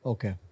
Okay